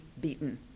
beaten